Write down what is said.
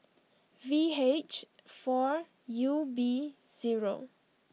V H four U B zero